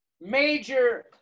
major